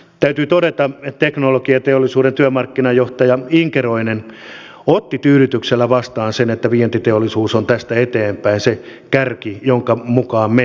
täytyy todeta että teknologiateollisuuden työmarkkinajohtaja inkeroinen otti tyydytyksellä vastaan sen että vientiteollisuus on tästä eteenpäin se kärki jonka mukaan mentäisiin